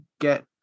get